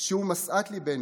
שהוא משאת ליבנו,